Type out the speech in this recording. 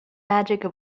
magic